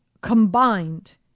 combined